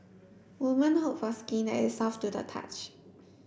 women hope for skin that is soft to the touch